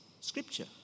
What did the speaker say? scripture